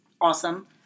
Awesome